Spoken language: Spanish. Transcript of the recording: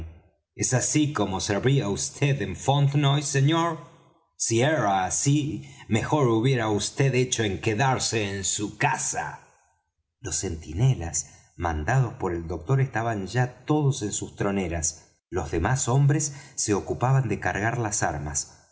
es así como servía vd en fontenoy señor si era así mejor hubiera vd hecho en quedarse en su casa los centinelas mandados por el doctor estaban ya todos en sus troneras los demás hombres se ocupaban de cargar las armas